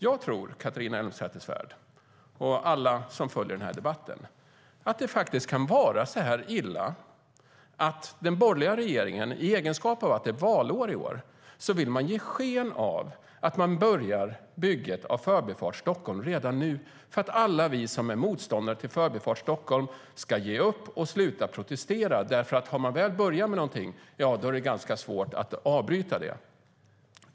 Jag tror, Catharina Elmsäter-Svärd och alla som följer den här debatten, att det faktiskt kan vara så illa att den borgerliga regeringen, eftersom det är valår i år, vill ge sken av att man börjar bygget av Förbifart Stockholm redan nu. Man gör det för att alla vi som är motståndare till Förbifart Stockholm ska ge upp och sluta protestera. Har man väl börjat med någonting är det nämligen ganska svårt att avbryta det.